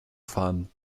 fahren